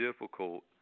difficult